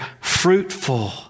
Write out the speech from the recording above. fruitful